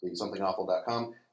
somethingawful.com